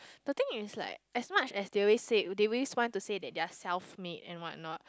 the thing is like as much as they will say they will want to say that they are self made and why not